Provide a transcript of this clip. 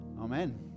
Amen